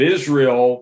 Israel